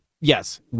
Yes